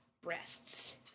breasts